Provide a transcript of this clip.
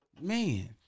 man